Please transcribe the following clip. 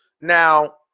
Now